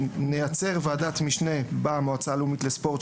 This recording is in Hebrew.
נייצר ועדת משנה במועצה הלאומית לספורט,